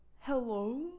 Hello